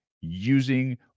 using